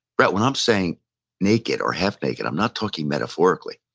brett, when i'm saying naked or half-naked, i'm not talking metaphorically.